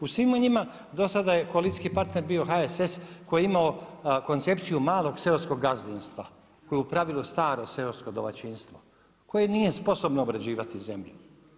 U svima njima do sada je koalicijski partner bio HSS koji je imao koncepciju malog seoskog gazdinstva koje je u pravili staro seosko domaćinstvo, koje nije sposobno obrađivati zemlju.